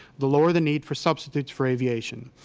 the lower the need for substitutes for aviation.